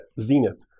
Zenith